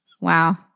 Wow